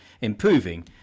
improving